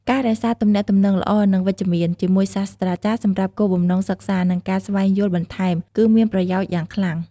ការរក្សាទំនាក់ទំនងល្អ និងវិជ្ជមាន ជាមួយសាស្រ្តាចារ្យសម្រាប់គោលបំណងសិក្សា និងការស្វែងយល់បន្ថែម គឺមានប្រយោជន៍យ៉ាងខ្លាំង។